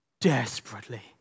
desperately